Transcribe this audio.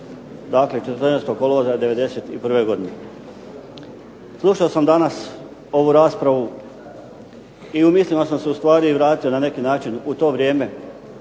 dakle 14. kolovoza 1991. godine. Slušao sam danas ovu raspravu i u mislima sam se ustvari vratio na neki način u to vrijeme,